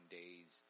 days